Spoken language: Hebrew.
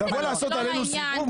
עמה, באת לעשות עלינו סיבוב?